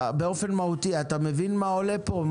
באופן מהותי אתה מבין את הבעיות שעולות פה?